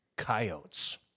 coyotes